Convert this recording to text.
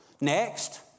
Next